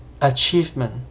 achievement